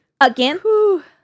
Again